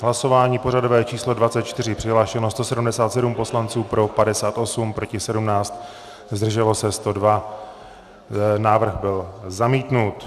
Hlasování pořadové číslo 24, přihlášeno 177 poslanců, pro 58, proti 17, zdrželo se 102, návrh byl zamítnut.